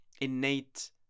innate